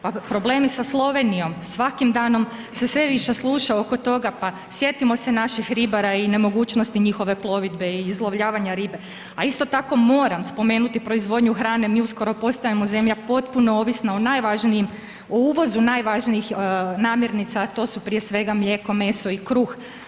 Pa problemi sa Slovenijom, svakim danom se sve više sluša oko toga pa, sjetimo se naših ribara i nemogućnosti njihove plovidbe i izlovljavanja ribe, a isto tako moram spomenuti proizvodnju hrane, mi uskoro postajemo zemlja potpuno ovisna o najvažnijim, o uvozu najvažnijih namirnica, a to su prije svega, mlijeko, meso i kruh.